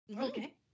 okay